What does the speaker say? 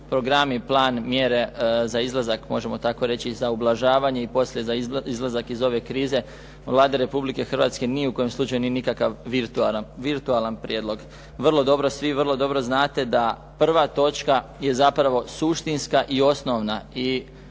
program i plan mjere za izlazak možemo tako reći i za ublažavanje i poslije za izlazak iz ove krize Vladi Republike Hrvatske ni u kojem slučaju nije nikakav virtualan prijedlog. Vrlo dobro, svi vrlo dobro znate da prva točka je zapravo suštinska i osnovna